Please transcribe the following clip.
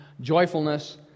joyfulness